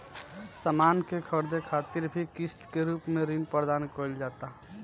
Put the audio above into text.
सामान के ख़रीदे खातिर भी किस्त के रूप में ऋण प्रदान कईल जाता